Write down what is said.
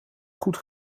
goed